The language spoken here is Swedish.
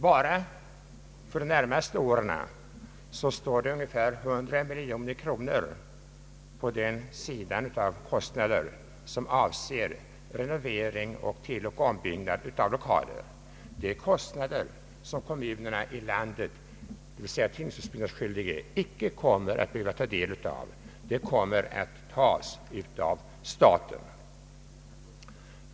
Bara under de närmaste åren uppgår kostnaderna för renovering samt tilloch ombyggnad av lokaler till ungefär 100 miljoner kronor. Dessa kostnader behöver tingshusbyggnadsskyldige inte betala, eftersom de övertas av staten.